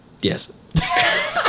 Yes